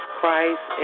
Christ